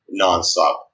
nonstop